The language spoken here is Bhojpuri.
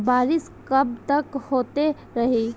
बरिस कबतक होते रही?